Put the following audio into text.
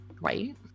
right